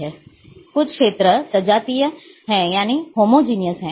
कुछ क्षेत्र सजातीय है